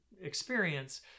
experience